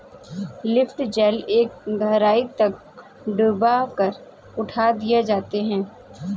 lift जाल एक गहराई तक डूबा कर उठा दिए जाते हैं